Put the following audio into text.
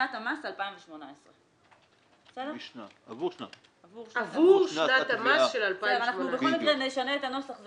בשנת המס 2018". עבור שנת המס 2018. בכל מקרה אנחנו נשנה את הנוסח,